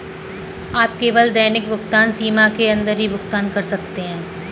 आप केवल दैनिक भुगतान सीमा के अंदर ही भुगतान कर सकते है